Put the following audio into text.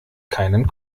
keinen